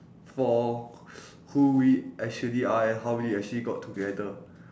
for w~ who we actually are and how we actually got together